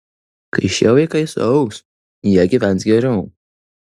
kai šie vaikai suaugs jie gyvens geriau